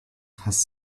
has